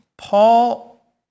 Paul